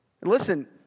Listen